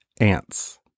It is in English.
Ants